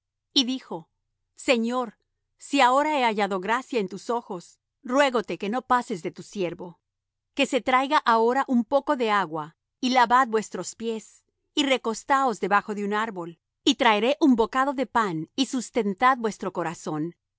y dijo señor si ahora he hallado gracia en tus ojos ruégote que no pases de tu siervo que se traiga ahora un poco de agua y lavad vuestros pies y recostaos debajo de un árbol y traeré un bocado de pan y sustentad vuestro corazón